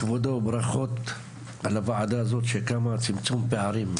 קודם כל כבודו ברכות על הוועדה הזאת שקמה לצמצום פערים,